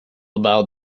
about